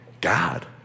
God